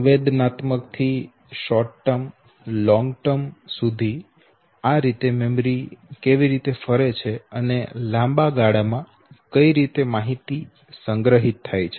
સંવેદનાત્મક થી ટૂંકા ગાળા લાંબા ગાળા સુધી આ રીતે મેમરી કેવી રીતે ફરે છે અને લાંબા ગાળા માં કઈ રીતે માહિતી સંગ્રહિત થાય છે